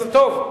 זה טוב,